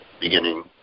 beginning